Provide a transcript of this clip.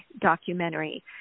documentary